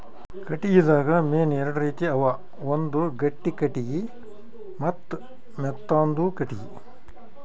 ಕಟ್ಟಿಗಿದಾಗ್ ಮೇನ್ ಎರಡು ರೀತಿ ಅವ ಒಂದ್ ಗಟ್ಟಿ ಕಟ್ಟಿಗಿ ಮತ್ತ್ ಮೆತ್ತಾಂದು ಕಟ್ಟಿಗಿ